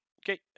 Okay